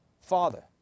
father